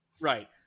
right